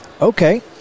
Okay